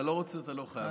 אתה לא רוצה, אתה לא חייב.